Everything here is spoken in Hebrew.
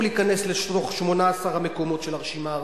להיכנס ל-18 המקומות של הרשימה הארצית,